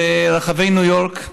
ברחבי ניו יורק.